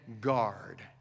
guard